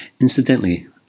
Incidentally